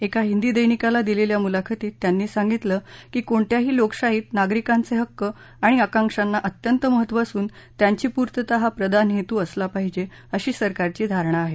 एका हिंदी दैनिकाला दिलेल्या मुलाखतीत त्यांनी सांगितलं की कोणत्याही लोकशाहीत नागरिकांचे हक्क आणि आकांक्षांना अत्यंत महत्व असून त्यांची पूर्तता हा प्रधान हेतू असला पाहिजे अशी सरकारची धारणा आहे